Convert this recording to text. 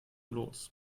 los